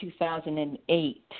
2008